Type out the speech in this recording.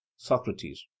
Socrates